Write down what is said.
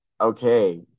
Okay